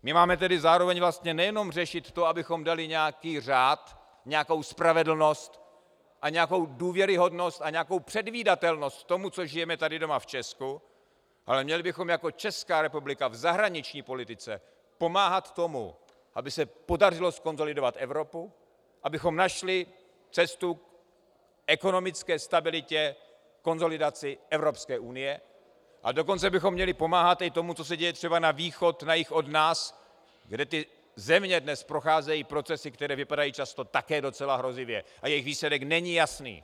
My máme tedy zároveň vlastně nejenom řešit to, abychom dali nějaký řád, nějakou spravedlnost a nějakou důvěryhodnost a nějakou předvídatelnost tomu, co žijeme tady doma v Česku, ale měli bychom jako Česká republika v zahraniční politice pomáhat tomu, aby se podařilo zkonsolidovat Evropu, abychom našli cestu k ekonomické stabilitě, konsolidaci Evropské unie, a dokonce bychom měli pomáhat i tomu, co se děje třeba na východ, na jih od nás, kde ty země dnes procházejí procesy, které vypadají často také docela hrozivě a jejichž výsledek není jasný.